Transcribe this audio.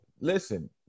listen